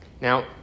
Now